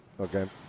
Okay